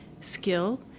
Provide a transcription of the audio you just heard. Skill